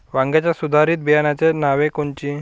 वांग्याच्या सुधारित बियाणांची नावे कोनची?